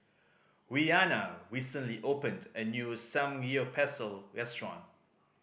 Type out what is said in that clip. Rhianna recently opened a new Samgyeopsal restaurant